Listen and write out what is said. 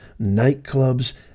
nightclubs